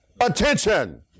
attention